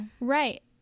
Right